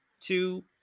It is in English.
two